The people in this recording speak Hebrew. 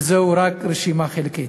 וזוהי רק רשימה חלקית.